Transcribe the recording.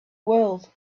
world